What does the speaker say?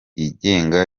yigenga